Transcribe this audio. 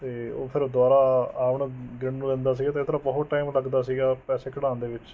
ਅਤੇ ਉਹ ਫਿਰ ਦੁਬਾਰਾ ਆਪਣਾ ਗਿਣ ਨੂੰ ਲੈਂਦਾ ਸੀਗਾ ਅਤੇ ਇਧਰ ਬਹੁਤ ਟਾਈਮ ਲੱਗਦਾ ਸੀਗਾ ਪੈਸੇ ਕਢਾਉਣ ਦੇ ਵਿੱਚ